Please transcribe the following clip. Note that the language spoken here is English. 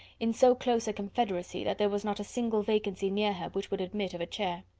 in so close a confederacy that there was not a single vacancy near her which would admit of a chair.